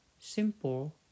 simple